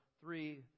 three